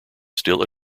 still